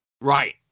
Right